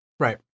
Right